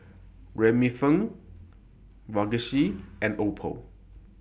Remifemin Vagisil and Oppo